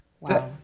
Wow